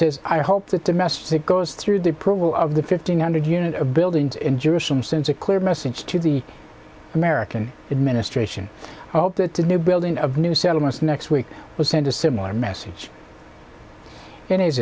says i hope the domestic goes through the approval of the fifteen hundred unit of buildings in jerusalem since a clear message to the american administration oh the new building of new settlements next week will send a similar message in his